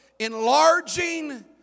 enlarging